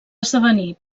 esdevenir